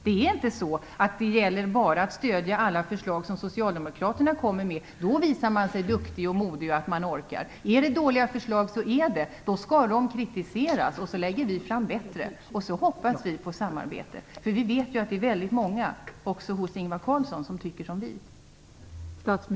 Det gäller inte att bara stödja alla förslag som socialdemokraterna kommer med, för att man då visar sig duktig, modig och att man orkar. Är det dåliga förslag så är det. Då skall de kritiseras och sedan lägger vi fram bättre förslag. Och så hoppas vi på samarbete, för vi vet ju att det är väldigt många också hos Ingvar Carlsson som tycker som vi.